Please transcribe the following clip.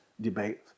debate